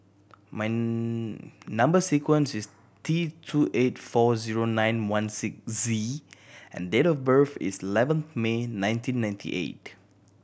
number sequence is T two eight four zero nine one six Z and date of birth is eleven May nineteen ninety eight